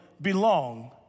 belong